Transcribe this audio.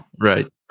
right